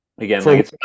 Again